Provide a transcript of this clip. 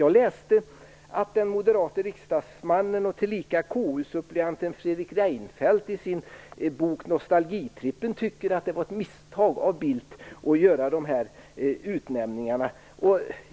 Jag läste att den moderate riksdagsmannen och tillika KU-suppleanten Fredrik Reinfeldt i sin bok Nostalgitrippen tycker att det var ett misstag av Bildt att göra dessa utnämningar.